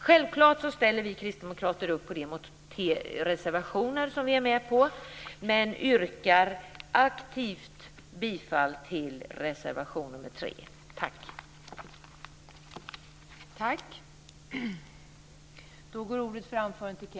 Självklart ställer vi kristdemokrater upp på de reservationer som vi är med på, men jag yrkar aktivt bifall till reservation nr 3.